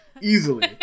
easily